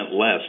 less